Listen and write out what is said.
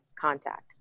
contact